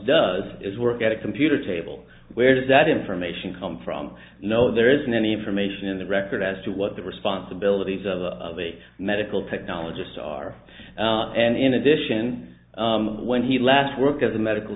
does is work at a computer table where does that information come from no there isn't any information in the record as to what the responsibilities of a medical technologists are and in addition when he last worked as a medical